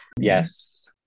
Yes